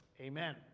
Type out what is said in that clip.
amen